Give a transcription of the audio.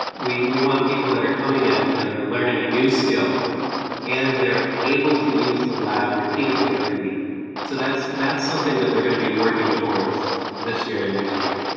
we we want people that are coming in and they're learning a new skill and they're able to use the lab repeatedly every week so that's that's something that we're going to be working towards this year and next year.